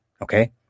okay